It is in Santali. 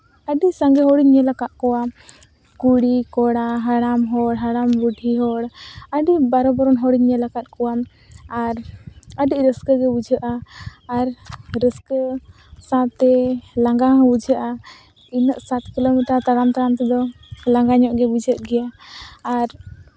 ᱟᱹᱰᱤ ᱥᱟᱸᱜᱮ ᱦᱚᱲᱤᱧ ᱧᱮᱞ ᱟᱠᱟᱫ ᱠᱚᱣᱟ ᱠᱩᱲᱤᱼᱠᱚᱲᱟ ᱦᱟᱲᱟᱢ ᱦᱚᱲ ᱦᱟᱲᱟᱢ ᱵᱩᱰᱷᱤ ᱦᱚᱲ ᱟᱹᱰᱤ ᱵᱟᱨᱚ ᱵᱚᱨᱚᱱ ᱦᱚᱲᱤᱧ ᱧᱮᱞ ᱟᱠᱟᱫ ᱠᱚᱣᱟ ᱟᱨ ᱟᱹᱰᱤ ᱨᱟᱹᱥᱠᱟᱹ ᱜᱮ ᱵᱩᱡᱷᱟᱹᱜᱼᱟ ᱟᱨ ᱨᱟᱹᱥᱠᱟᱹ ᱥᱟᱶᱛᱮ ᱞᱟᱸᱜᱟ ᱦᱚᱸ ᱵᱩᱡᱷᱟᱹᱜᱼᱟ ᱩᱱᱟᱹᱜ ᱥᱟᱛ ᱠᱤᱞᱳᱢᱤᱴᱟᱨ ᱛᱟᱲᱟᱢ ᱛᱟᱲᱟᱢ ᱛᱮᱫᱚ ᱞᱟᱸᱜᱟ ᱧᱚᱜ ᱜᱮ ᱵᱩᱡᱷᱟᱹᱜ ᱜᱮᱭᱟ ᱟᱨ